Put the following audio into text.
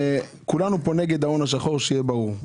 כולנו פה נגד ההון השחור, שיהיה ברור,